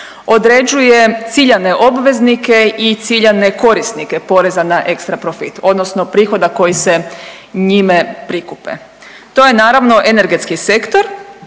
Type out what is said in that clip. određuje ciljane obveznike i ciljane korisnike poreza na ekstra profit odnosno prihoda koji se njime prikupe. To je naravno energetski sektor,